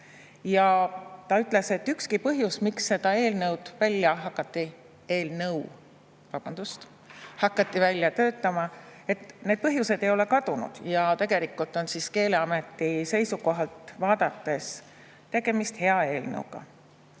Ja ta ütles, et ükski põhjus, miks seda eelnõud – eelnõu, vabandust! – hakati välja töötama, ei ole kadunud ja tegelikult on Keeleameti seisukohalt vaadates tegemist hea eelnõuga.